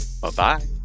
Bye-bye